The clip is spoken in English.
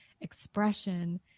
expression